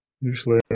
usually